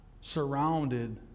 surrounded